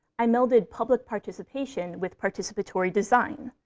i melded public participation with participatory design.